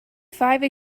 five